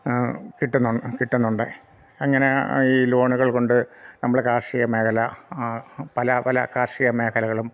കിട്ടുന്നു കിട്ടുന്നുണ്ട് അങ്ങനെ ഈ ലോണുകൾ കൊണ്ട് നമ്മൾ കാർഷിക മേഖല പല പല കാർഷിക മേഖലകളും